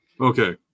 okay